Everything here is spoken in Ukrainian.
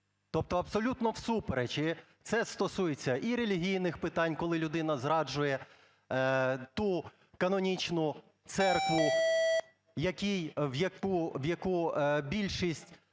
тобто абсолютно всупереч. І це стосується і релігійних питань, коли людина зраджує ту канонічну церкву, в яку більшість